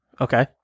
okay